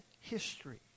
history